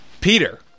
Peter